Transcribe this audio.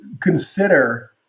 consider